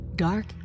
dark